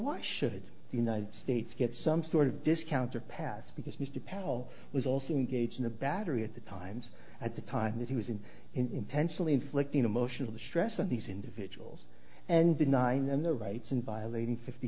why should the united states get some sort of discount or pass because mr powell was also engaged in the battery at the times at the time that he was in intentionally inflicting emotional distress on these individuals and denying them their rights and violating fifty